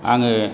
आङो